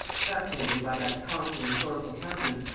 captivated by that powerful and sorrowful countenance,